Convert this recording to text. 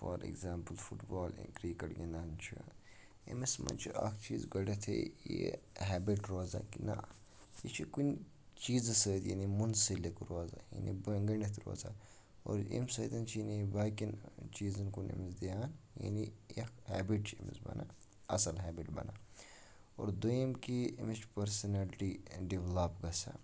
for example football یا cricket گِنٛدان چھِ أمِس منٛز چھِ اَکھ چیٖز گۄڈٮ۪تھٕے یہِ ہیبِٹ روزان کہِ نہ یہِ چھِ کُنہِ چیٖزٕ سۭتۍ یعنی منسلک روزان یعنی گٔنٛڈِتھ روزان اور اَمہِ سۭتۍ چھِنہٕ یہِ باقٕیَن چیٖزَن کُن أمِس دھیان یعنی یہِ اَکھ ہیبِٹ چھِ أمِس بَنان اَصٕل ہیبِٹ بَنان اور دوٚیُم کی أمِس چھِ پٔرسَنیلٹی ڈِولَپ گژھان